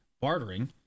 bartering